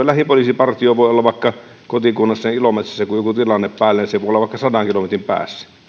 lähipoliisipartio voi olla vaikka kotikunnassani ilomantsissa ja kun joku tilanne on päällä niin se voi olla vaikka sadan kilometrin päässä